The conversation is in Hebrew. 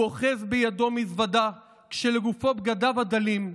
הוא אוחז בידו מזוודה כשלגופו בגדיו הדלים,